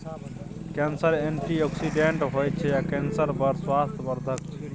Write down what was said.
केसर एंटीआक्सिडेंट होइ छै आ केसर बड़ स्वास्थ्य बर्धक छै